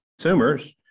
consumers